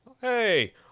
hey